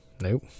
Nope